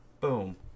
Boom